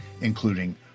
including